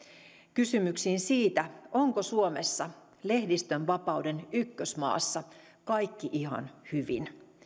kysymyksiin siitä onko suomessa lehdistönvapauden ykkösmaassa kaikki ihan hyvin